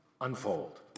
unfold